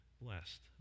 blessed